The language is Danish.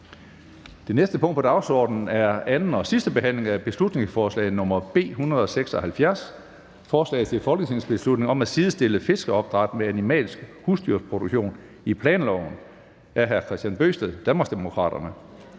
Det næste punkt på dagsordenen er: 7) 2. (sidste) behandling af beslutningsforslag nr. B 176: Forslag til folketingsbeslutning om at sidestille fiskeopdræt med animalsk husdyrproduktion i planloven. Af Kristian Bøgsted (DD) m.fl.